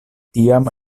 tiam